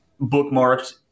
bookmarked